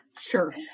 Sure